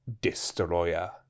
destroyer